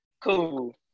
Cool